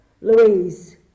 Louise